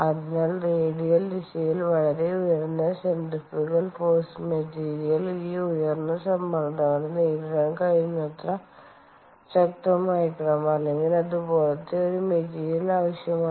അതിനാൽ റേഡിയൽ ദിശയിൽ വളരെ ഉയർന്ന സെന്ററിഫുഗൽ ഫോഴ്സ് മെറ്റീരിയലൽ ഈ ഉയർന്ന സമ്മർദ്ദങ്ങളെ നേരിടാൻ കഴിയുന്നത്ര ശക്തമായിരിക്കണം അല്ലെങ്കിൽ അതുപോലത്തെ ഒരു മെറ്റീരിയൽ ആവശ്യമാണ്